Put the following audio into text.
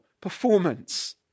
performance